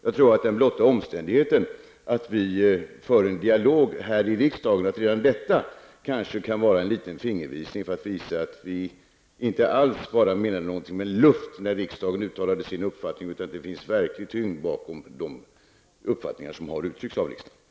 Jag tror att den blotta omständigheten att vi för en dialog här i riksdagen kan vara en liten fingervisning om att det inte alls bara var luft bakom när riksdagen uttalade sin uppfattning, utan att det låg en verklig tyngd bakom de uppfattningar som uttrycktes av riksdagen.